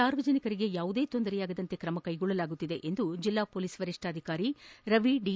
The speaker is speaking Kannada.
ಸಾರ್ವಜನಿಕರಿಗೆ ಯಾವುದೇ ತೊಂದರೆಯಾಗದಂತೆ ಕ್ರಮ ಕೈಗೊಳ್ಳಲಾಗುತ್ತಿದೆ ಎಂದು ಜಿಲ್ಲಾ ಪೊಲೀಸ್ ವರಿಷ್ಠಾಧಿಕಾರಿ ರವಿ ದಿ